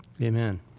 amen